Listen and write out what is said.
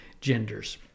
genders